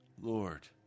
Lord